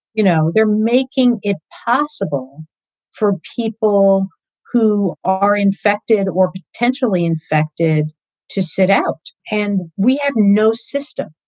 you know, they're making it possible for people who are infected or potentially infected to sit out. and we have no system.